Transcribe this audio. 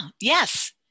yes